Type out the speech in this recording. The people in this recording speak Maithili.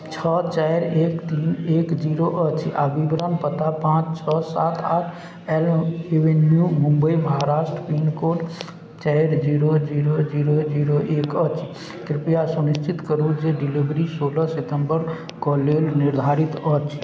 छओ चारि एक तीन एक जीरो अछि आ विवरण पता पाँच छओ सात आठ L avenue Mumbai Maharashtra pincode चारि जीरो जीरो जीरो जीरो एक अछि कृपया सुनिश्चित करू जे डिलीवरी सोलह सितम्बर कऽ लेल निर्धारित अछि